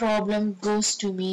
ya same problem goes to me dudar